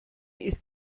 ist